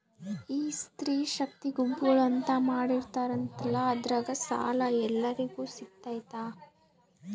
ಈ ಸ್ತ್ರೇ ಶಕ್ತಿ ಗುಂಪುಗಳು ಅಂತ ಮಾಡಿರ್ತಾರಂತಲ ಅದ್ರಾಗ ಸಾಲ ಎಲ್ಲರಿಗೂ ಸಿಗತೈತಾ?